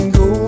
go